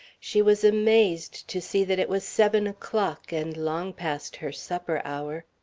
she was amazed to see that it was seven o'clock, and long past her supper hour.